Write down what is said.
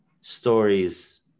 stories